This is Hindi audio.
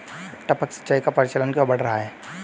टपक सिंचाई का प्रचलन क्यों बढ़ रहा है?